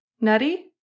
Nutty